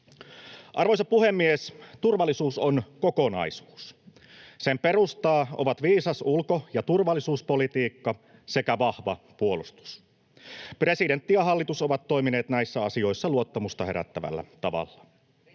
Arvoisa puhemies! Turvallisuus on kokonaisuus. Sen perustaa ovat viisas ulko- ja turvallisuuspolitiikka sekä vahva puolustus. Presidentti ja hallitus ovat toimineet näissä asioissa luottamusta herättävällä tavalla.